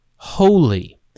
holy